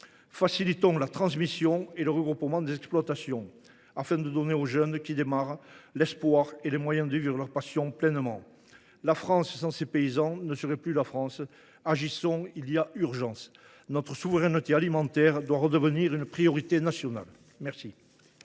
Facilitons la transmission et le regroupement des exploitations afin de donner aux jeunes qui démarrent l’espoir et les moyens de vivre leur passion pleinement. La France sans ses paysans ne serait plus la France. Agissons ! Il y a urgence. Notre souveraineté alimentaire doit redevenir une priorité nationale. La